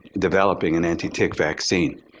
developing an anti-tick vaccine?